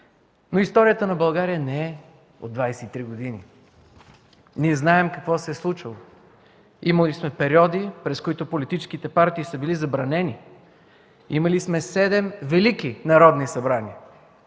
но историята на България не е от 23 години. Ние знаем какво се е случвало, имали сме периоди, през които политическите партии са били забранени, имали сме седем велики народни събрания,